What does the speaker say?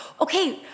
okay